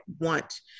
want